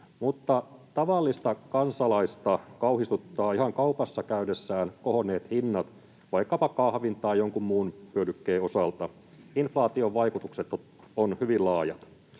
mutta tavallista kansalaista kauhistuttavat ihan kaupassa käydessä kohonneet hinnat vaikkapa kahvin tai jonkun muun hyödykkeen osalta. Inflaation vaikutukset ovat hyvin laajat.